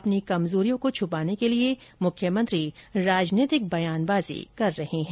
अपनी कमजोरियों छुपाने के लिए मुख्यमंत्री राजनीतिक बयानबाजी कर रहे है